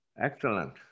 Excellent